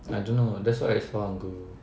I don't know that's why it's